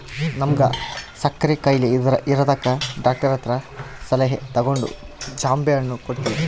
ನಮ್ವಗ ಸಕ್ಕರೆ ಖಾಯಿಲೆ ಇರದಕ ಡಾಕ್ಟರತಕ ಸಲಹೆ ತಗಂಡು ಜಾಂಬೆಣ್ಣು ಕೊಡ್ತವಿ